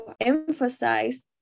emphasize